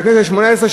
מהכנסת השמונה-עשרה,